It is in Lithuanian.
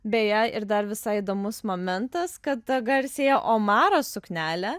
beje ir dar visai įdomus momentas kad tą garsiąją omaro suknelę